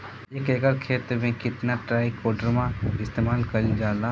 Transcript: एक एकड़ खेत में कितना ट्राइकोडर्मा इस्तेमाल कईल जाला?